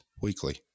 weekly